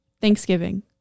Thanksgiving